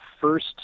first